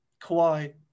Kawhi